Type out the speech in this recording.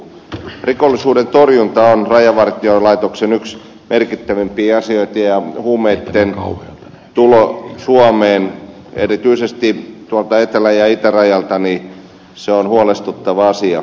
rikollisuuden torjunta on yksi rajavartiolaitoksen merkittävimpiä asioita ja huumeitten tulo suomeen erityisesti tuolta etelä ja itärajalta on huolestuttava asia